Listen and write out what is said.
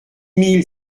mille